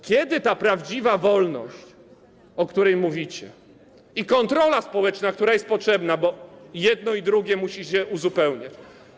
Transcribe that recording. Kiedy ta prawdziwa wolność, o której mówicie, i kontrola społeczna, która jest potrzebna, bo jedno i drugie musi się uzupełniać.